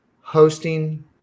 hosting